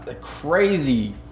crazy